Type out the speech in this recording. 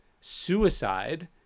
suicide